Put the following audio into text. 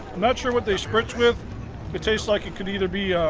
not sure what they spritz with it tastes like it could either be